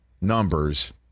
numbers